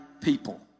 people